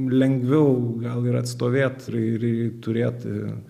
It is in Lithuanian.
lengviau gal ir atstovėt ir ir turėt